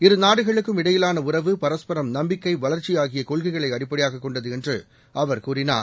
இருநாடுகளுக்கும் இடையிலானஉறவு நம்பிக்கை பரஸ்பரம் வளர்ச்சிஆகியகொள்கைகளைஅடிப்படையாககொண்டதுஎன்றுஅவர் கூறினார்